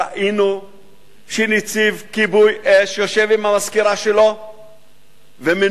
ראינו שנציב כיבוי-אש יושב עם המזכירה שלו ומנותק